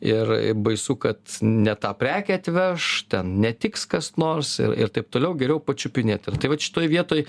ir baisu kad ne tą prekę atveš ten netiks kas nors ir ir taip toliau geriau pačiupinėt ir tai vat šitoj vietoj